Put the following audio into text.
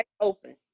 open